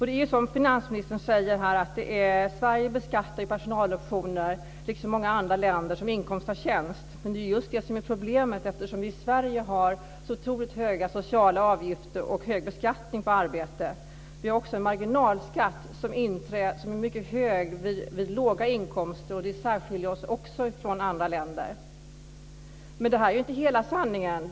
Som finansministern säger här beskattar Sverige, liksom många andra länder, personaloptioner som inkomst av tjänst. Men det är ju just det som är problemet, eftersom vi i Sverige har så otroligt höga sociala avgifter och hög beskattning på arbete. Vi har också en marginalskatt som är mycket hög vid låga inkomster. Det särskiljer oss också från andra länder. Men detta är inte hela sanningen.